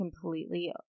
completely